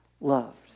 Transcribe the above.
loved